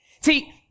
See